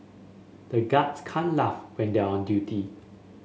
the guards can't laugh when they are on duty